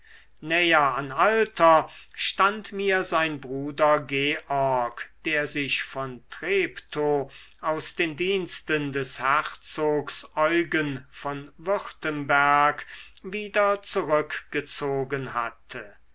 näher an alter stand mir sein bruder georg der sich von treptow aus den diensten des herzogs eugen von würtemberg wieder zurückgezogen hatte